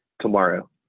tomorrow